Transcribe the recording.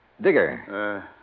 Digger